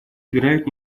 играют